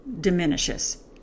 diminishes